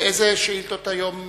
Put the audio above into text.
אני לא רואה פה